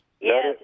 Yes